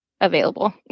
available